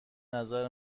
نظر